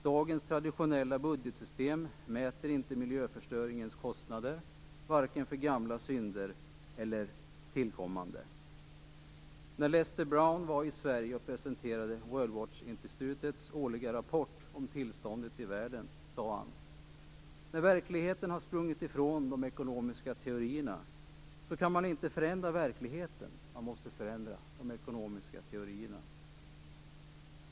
Dagens traditionella budgetsystem mäter inte miljöförstöringens kostnader, varken för gamla synder eller för tillkommande. World Watch Institutes årliga rapport om tillståndet i världen sade han: När verkligheten har sprungit ifrån de ekonomiska teorierna kan man inte förändra verkligheten. Man måste förändra de ekonomiska teorierna.